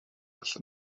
allan